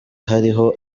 hariho